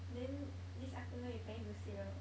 then this afternoon you planning to sleep or not